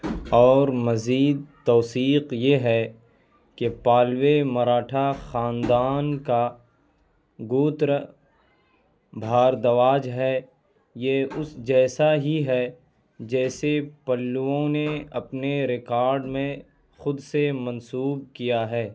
اور مزید توثیق یہ ہے کہ پالوے مراٹھا خاندان کا گوتر بھاردواج ہے یہ اس جیسا ہی ہے جسے پلووں نے اپنے ریکارڈ میں خود سے منسوب کیا ہے